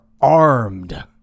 armed